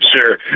Sure